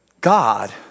God